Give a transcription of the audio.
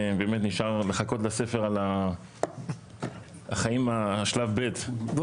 נשאר לנו לחכות לספר שידבר על שלב ב' של החיים.